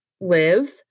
live